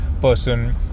person